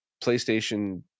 PlayStation